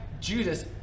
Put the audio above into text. judas